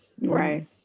Right